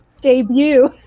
Debut